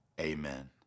amen